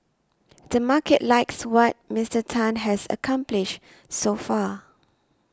the market likes what Mister Tan has accomplished so far